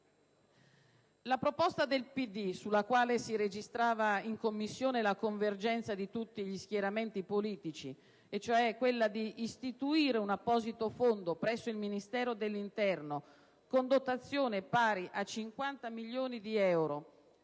Democratico, sulla quale si registrava in Commissione la convergenza di tutti gli schieramenti politici, e cioè quella di istituire un apposito fondo presso il Ministro dell'interno, con dotazione pari a 50 milioni di euro,